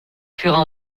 furent